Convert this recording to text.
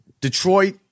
Detroit